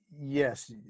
yes